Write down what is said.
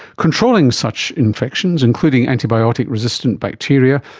controlling such infections, including antibiotic resistant bacteria,